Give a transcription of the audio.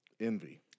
envy